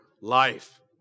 life